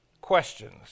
questions